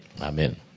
Amen